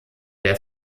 der